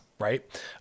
right